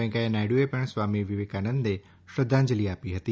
વેંકૈયા નાયડુએ પણ સ્વામી વિવેકાનંદને શ્રદ્ધાંજલી આપી હતી